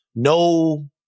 No